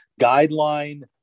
guideline